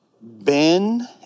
Ben